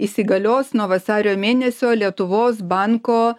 įsigalios nuo vasario mėnesio lietuvos banko